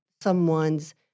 someone's